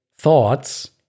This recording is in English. thoughts